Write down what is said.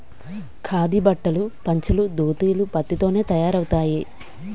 ఖాదీ బట్టలు పంచలు దోతీలు పత్తి తోనే తయారవుతాయి